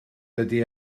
dydy